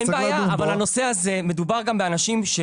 אין בעיה, אבל הנושא הזה, מדובר גם באנשים ש